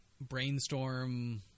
brainstorm